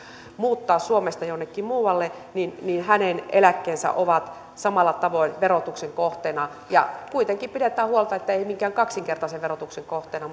muuttaa suomesta jonnekin muualle hänen eläkkeensä ovat samalla tavoin verotuksen kohteena ja pidetään huolta etteivät ne ole minkään kaksinkertaisen verotuksen kohteena